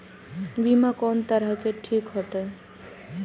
बीमा कोन तरह के ठीक होते?